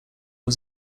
was